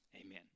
Amen